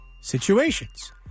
situations